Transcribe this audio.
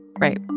Right